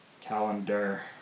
calendar